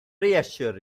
reassure